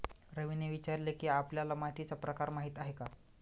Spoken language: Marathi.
रवीने विचारले की, आपल्याला मातीचा प्रकार माहीत आहे का?